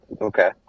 okay